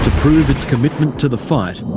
prove its commitment to the fight,